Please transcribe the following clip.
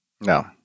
No